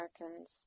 Americans